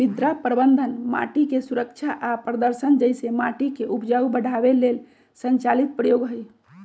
मृदा प्रबन्धन माटिके सुरक्षा आ प्रदर्शन जइसे माटिके उपजाऊ बढ़ाबे लेल संचालित प्रयोग हई